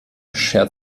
schert